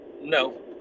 No